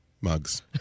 mugs